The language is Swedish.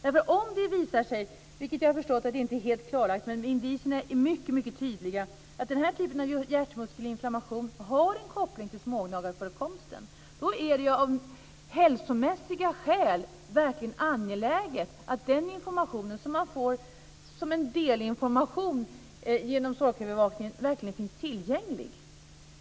Om det skulle visa sig - vilket inte är helt klarlagt, även om indicierna är mycket tydliga - att den aktuella typen av hjärtmuskelinflammation har en koppling till smågnagarförekomsten, är det av hälsomässiga skäl angeläget att den informationen, som man får som en delinformation genom sorkövervakningen, verkligen finns tillgänglig.